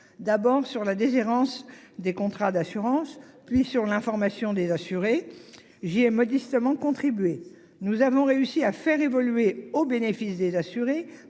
D'abord sur la déshérence des contrats d'assurance puis sur l'information des assurés. J'ai modestement contribué, nous avons réussi à faire évoluer au bénéfice des assurés.